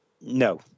No